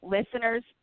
Listeners